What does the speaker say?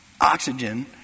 oxygen